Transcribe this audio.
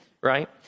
right